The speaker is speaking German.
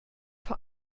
vor